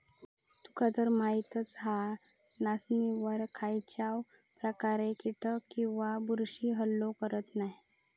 तुकातर माहीतच हा, नाचणीवर खायच्याव प्रकारचे कीटक किंवा बुरशी हल्लो करत नाय